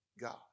God